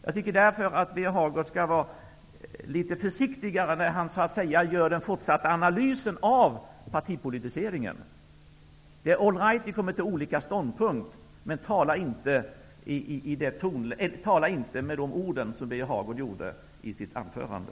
Jag tycker därför att Birger Hagård skall vara litet försiktigare när han så att säga gör den fortsatta analysen av partipolitiseringen. Det är all right att vi kommer fram till olika ståndpunkter, men använd inte de ord som Birger Hagård använde i sitt anförande.